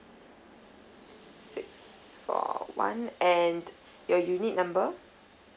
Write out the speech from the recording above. six four one and your unit number